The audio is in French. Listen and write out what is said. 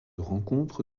rencontre